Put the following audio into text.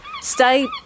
stay